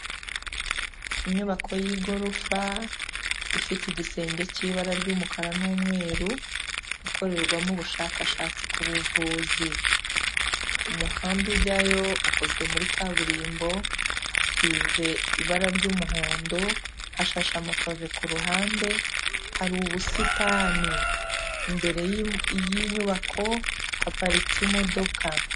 Inyubako y'igorofa, ifite igisenge cy'ibara ry'umukara n'umweru, ikorerwamo ubushakashatsi ku buvuzi. Umuhanda ujyayo ukozwe muri kaburimbo, hasize ibara ry'umuhondo, hashashe amapave ku ruhande, hari ubusitani. Imbere y'inyubako, haparitse imodoka.